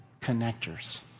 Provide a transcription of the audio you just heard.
connectors